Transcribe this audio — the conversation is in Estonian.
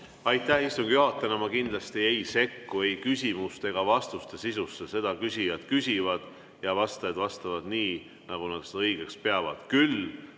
Aitäh! Istungi juhatajana ma kindlasti ei sekku ei küsimuste ega vastuste sisusse. Küsijad küsivad ja vastajad vastavad nii, nagu nad seda õigeks peavad. Küll